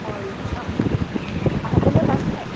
অঁ ৰুইছে ন অঁ সকলোৱে পাইছেনে